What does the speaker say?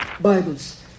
Bibles